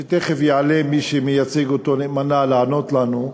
תכף יעלה מי שמייצג אותו נאמנה לענות לנו,